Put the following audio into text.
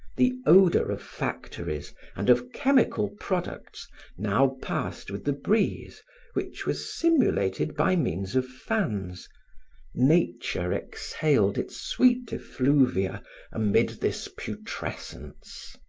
the odor of factories and of chemical products now passed with the breeze which was simulated by means of fans nature exhaled its sweet effluvia amid this putrescence.